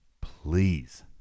please